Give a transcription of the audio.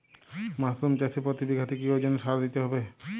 Mushroom চাষে প্রতি বিঘাতে কি ওজনে সার দিতে হবে?